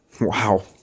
Wow